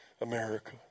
America